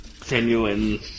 genuine